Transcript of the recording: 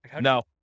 No